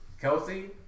Kelsey